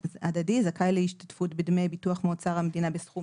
זכאי להשתתפות בדמי ביטוח מאוצר המדינה לסכום